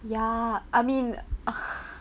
ya I mean